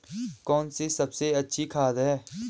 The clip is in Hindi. कौन सी सबसे अच्छी खाद है?